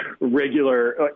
regular –